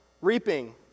reaping